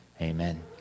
Amen